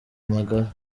magara